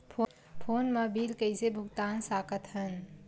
Phone मा bill कइसे भुक्तान साकत हन?